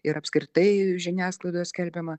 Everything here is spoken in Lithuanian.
ir apskritai žiniasklaidoje skelbiama